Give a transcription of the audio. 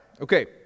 Okay